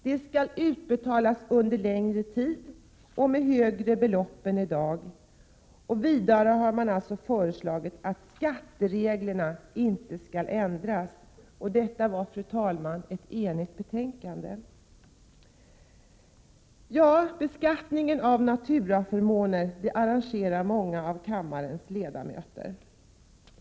De skall utbetalas under längre tid och med högre belopp än i dag. Vidare har man föreslagit att skattereglerna inte skall ändras. Detta var, fru talman, ett enigt betänkande! Beskattningen av naturaförmåner engagerar många av kammarens ledamöter.